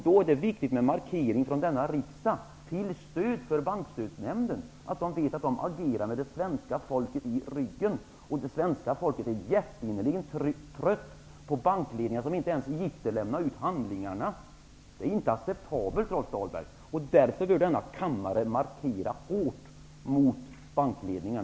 Då är det viktigt med en markering från denna riksdag till stöd för Bankstödsnämnden, så att man vet att man agerar med det svenska folket i ryggen. Det svenska folket är hjärtinnerligt trött på bankledningar som inte ens gitter lämna ut handlingarna. Detta är ju inte acceptabelt, Rolf Dahlberg. Därför bör denna kammare starkt markera mot bankledningen.